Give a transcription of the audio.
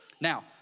Now